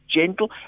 gentle